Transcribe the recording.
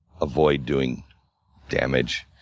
avoid doing damage,